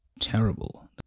terrible